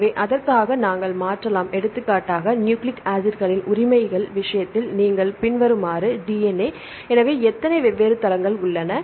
எனவே அதற்காக நாங்கள் மாற்றலாம் எடுத்துக்காட்டாக நியூக்ளிக் ஆசிட்களின் உரிமைகள் விஷயத்தில் நீங்கள் பின்வருமாறு DNA எனவே எத்தனை வெவ்வேறு தளங்கள் 4 உள்ளன